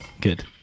Good